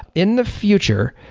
in the future,